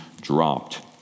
dropped